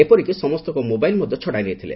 ଏପରିକି ସମସ୍ତଙ୍କ ମୋବାଇଲ୍ ମଧ ଛଡ଼ାଇ ଦେଇଥିଲେ